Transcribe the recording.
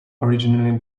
originally